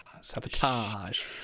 Sabotage